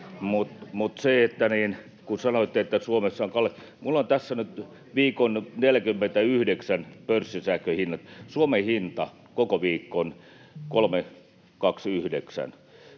Mutta kun sanoitte, että Suomessa on kallista, niin minulla on tässä nyt viikon 49 pörssisähköhinnat: Suomen hinta, koko viikko 329,